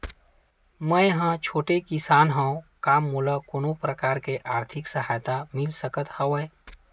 मै ह छोटे किसान हंव का मोला कोनो प्रकार के आर्थिक सहायता मिल सकत हवय?